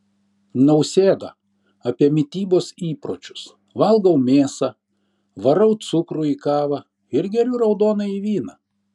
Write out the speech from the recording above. nausėda apie mitybos įpročius valgau mėsą varau cukrų į kavą ir geriu raudonąjį vyną